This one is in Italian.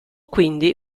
quindi